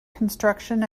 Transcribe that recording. construction